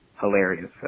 hilarious